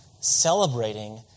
celebrating